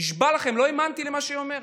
נשבע לכם, לא האמנתי למה שהיא אומרת.